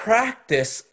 Practice